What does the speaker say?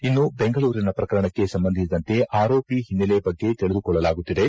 ಇನ್ನು ಬೆಂಗಳೂರಿನ ಪ್ರಕರಣಕ್ಕೆ ಸಂಬಂಧಿಸಿದಂತೆ ಆರೋಪಿ ಹಿನ್ನೆಲೆ ಬಗ್ಗೆ ತಿಳಿದುಕೊಳ್ಳಲಾಗುತ್ತಿದೆ